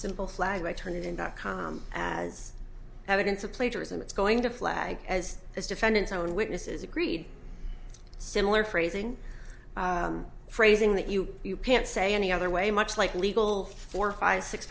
simple flag i turn it in dot com as evidence of plagiarism it's going to flag as as defendant's own witnesses agreed similar phrasing phrasing that you can't say any other way much like legal four five six